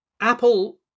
Apple